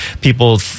people